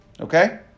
Okay